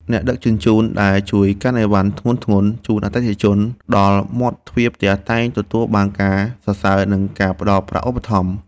អ្នកដឹកជញ្ជូនដែលជួយកាន់អីវ៉ាន់ធ្ងន់ៗជូនអតិថិជនដល់មាត់ទ្វារផ្ទះតែងទទួលបានការសរសើរ និងការផ្ដល់ប្រាក់ឧបត្ថម្ភ។